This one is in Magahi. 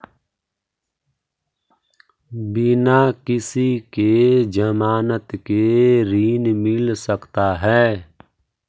बिना किसी के ज़मानत के ऋण मिल सकता है?